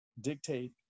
dictate